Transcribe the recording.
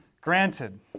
granted